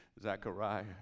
Zechariah